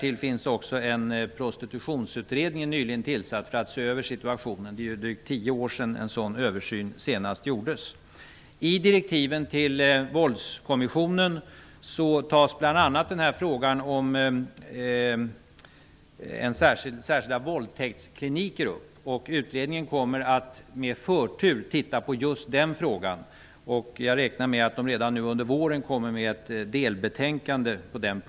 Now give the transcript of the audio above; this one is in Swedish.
Dessutom finns en nyligen tillsatt prostitutionsutredning som skall se över situationen. Det är ju drygt tio år sedan som en sådan översyn senast gjordes. I direktiven till våldskommissionen tas bl.a. frågan om särskilda våldtäktskliniker upp. Utredningen kommer att med förtur titta på just den frågan. Jag räknar med att utredningen redan nu under våren lägger fram ett delbetänkande.